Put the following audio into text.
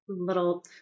little